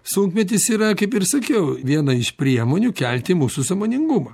sunkmetis yra kaip ir sakiau viena iš priemonių kelti mūsų sąmoningumą